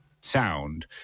sound